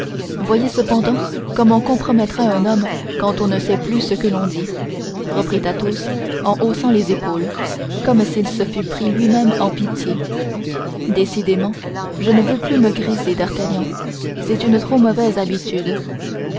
voyez cependant comme on compromettrait un homme quand on ne sait plus ce que l'on dit reprit athos en haussant les épaules comme s'il se fût pris lui-même en pitié décidément je ne veux plus me griser d'artagnan c'est une trop mauvaise habitude